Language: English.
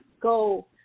go